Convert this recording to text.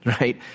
Right